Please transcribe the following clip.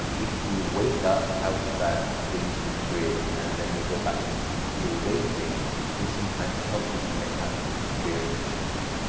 um if you wake up out of that dream sleep period and then you go back into sleep, the awakening can sometimes help you commit that experience to memory.